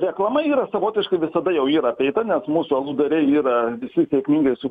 reklama yra savotiškai visada jau yra apeita nes mūsų aludariai yra visi sėkmingai su